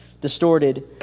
distorted